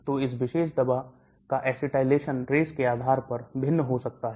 तो इस विशेष दवा का acetylation race के आधार पर भिन्न हो सकता है